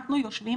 אנחנו יושבים